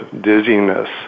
dizziness